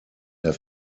der